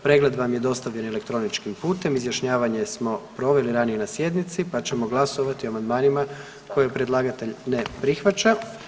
Pregled vam je dostavljen elektroničkim putem, izjašnjavanje smo proveli ranije na sjednici pa ćemo glasovati o amandmanima koje predlagatelj ne prihvaća.